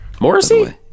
Morrissey